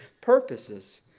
purposes